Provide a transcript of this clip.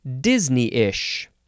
Disney-ish